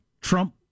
Trump